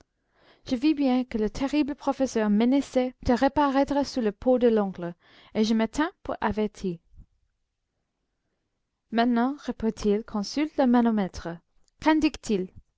je vis bien que le terrible professeur menaçait de reparaître sous la peau de l'oncle et je me tins pour averti maintenant reprit-il consulte le manomètre